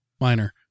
minor